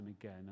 again